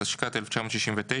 התשכ"ט-1969,